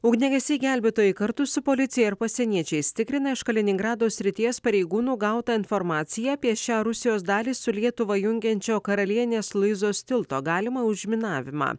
ugniagesiai gelbėtojai kartu su policija ir pasieniečiais tikrina iš kaliningrado srities pareigūnų gautą informaciją apie šią rusijos dalį su lietuva jungiančio karalienės luizos tilto galimą užminavimą